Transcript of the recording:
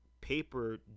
paper